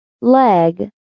Leg